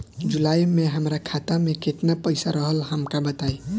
जुलाई में हमरा खाता में केतना पईसा रहल हमका बताई?